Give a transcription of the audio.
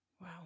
Wow